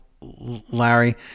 Larry